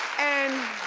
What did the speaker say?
and